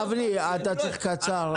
אבני, אתה צריך קצר.